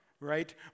right